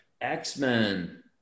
X-Men